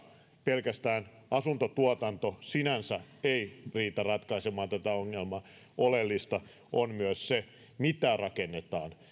pelkästään asuntotuotanto sinänsä ei riitä ratkaisemaan tätä ongelmaa oleellista on myös se mitä rakennetaan